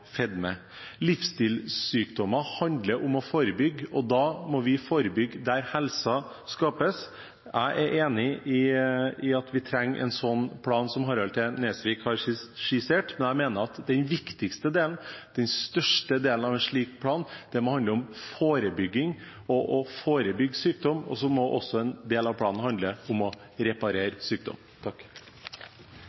handler om å forebygge, og da må vi forebygge der helsen skapes. Jeg er enig i at vi trenger en slik plan som Harald T. Nesvik har skissert, men jeg mener at den viktigste delen, den største delen av en slik plan, må handle om forebygging – om å forebygge sykdom – og så må en del av planen handle om å